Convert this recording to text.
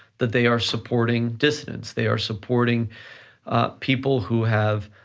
that they are supporting dissidents, they are supporting people who have